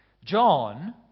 John